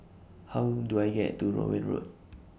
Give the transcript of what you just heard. How Do I get to Rowell Road